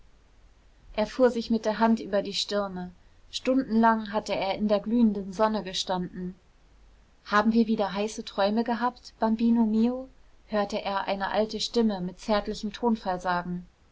er fuhr sich mit der hand über die stirne stundenlang hatte er in der glühenden sonne gestanden haben wir wieder heiße träume gehabt bambino mio hörte er eine alte stimme mit zärtlichem tonfall sagen